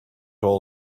all